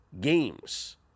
games